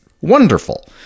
wonderful